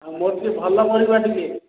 ମୋର ଟିକିଏ ଭଲ ପରିବା ଟିକିଏ